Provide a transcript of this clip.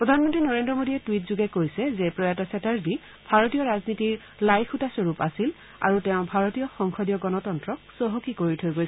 প্ৰধানমন্ত্ৰী নৰেন্দ্ৰ মোদীয়ে টুইটযোগে কৈছে যে প্ৰয়াত চেটাৰ্জী ভাৰতীয় ৰাজনীতিৰ লাইখুটাস্থৰপ আছিল আৰু তেওঁ ভাৰতীয় সংসদীয় গণতন্ত্ৰক চহকী কৰি থৈ গৈছে